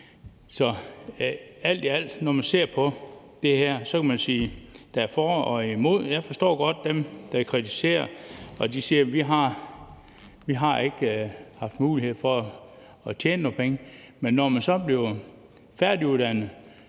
Så alt i alt, når man ser på det her, kan man sige, at der er for og imod. Jeg forstår godt dem, der kritiserer det. De siger, at de ikke har haft mulighed for at tjene nogle penge. Men når man bliver færdiguddannet,